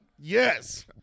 Yes